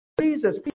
Jesus